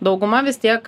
dauguma vis tiek